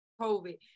COVID